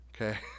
Okay